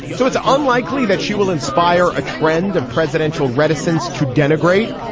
so it's unlikely that she will inspire a trend of presidential reticence to denigrate.